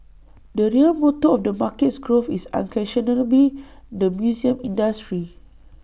the real motor of the market's growth is unquestionably the museum industry